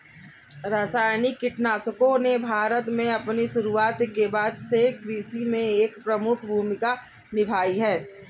रासायनिक कीटनाशकों ने भारत में अपनी शुरूआत के बाद से कृषि में एक प्रमुख भूमिका निभाई है